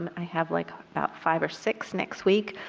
i have like about five or six next week.